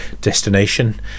destination